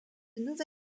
nova